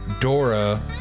Dora